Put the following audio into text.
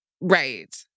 Right